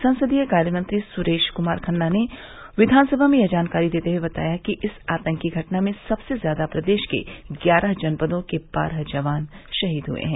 संसदीय कार्य मंत्री सुरेश कुमार खन्ना ने विधानसभा में यह जानकारी देते हुए बताया कि इस आतंकी घटना में सबसे ज्यादा प्रदेश के ग्यारह जनपदों के बारह जवान शहीद हुए हैं